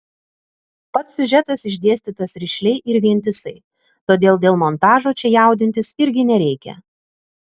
pats siužetas išdėstytas rišliai ir vientisai todėl dėl montažo čia jaudintis irgi nereikia